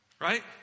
Right